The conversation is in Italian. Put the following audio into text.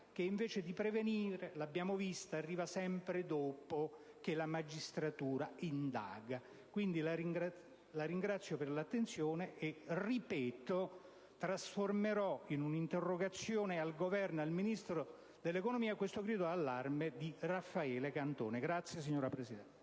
invece di prevenire - lo abbiamo visto - arriva sempre dopo che la magistratura indaga. Quindi, la ringrazio per l'attenzione e ripeto che trasformerò in un'interrogazione al Ministro dell'economia questo grido d'allarme di Raffaele Cantone. **Mozioni, interpellanze